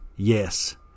Yes